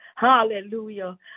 Hallelujah